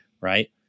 right